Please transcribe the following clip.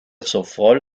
sowohl